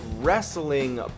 wrestling